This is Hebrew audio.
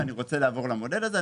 ואני רוצה לעבור למודל הזה.